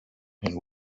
and